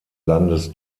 landes